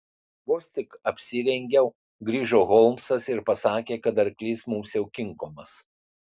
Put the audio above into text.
vos tik apsirengiau grįžo holmsas ir pasakė kad arklys mums jau kinkomas